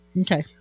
Okay